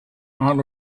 out